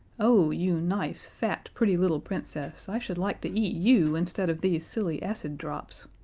oh, you nice, fat, pretty little princess, i should like to eat you instead of these silly acid drops.